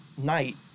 night